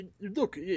Look